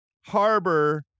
harbor